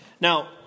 Now